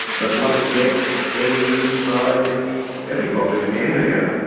but once built they were used by everybody in the area.